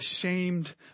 ashamed